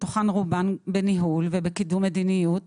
מתוכן רובן בניהול ובקידום מדיניות